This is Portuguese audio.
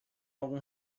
algum